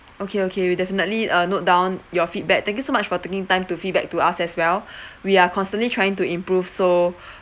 okay okay we definitely uh note down your feedback thank you so much for taking time to feedback to us as well we are constantly trying to improve so